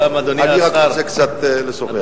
אני רק רוצה קצת לשוחח.